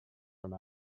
from